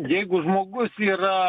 jeigu žmogus yra